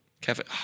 Kevin